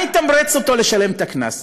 מה יתמרץ אותו לשלם את הקנס?